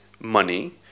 money